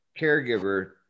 caregiver